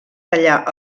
tallar